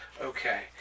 Okay